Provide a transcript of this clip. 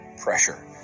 pressure